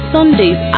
Sundays